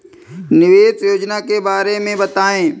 निवेश योजना के बारे में बताएँ?